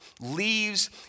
leaves